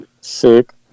sick